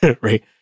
Right